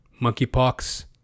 Monkeypox